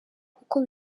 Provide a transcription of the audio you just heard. kuko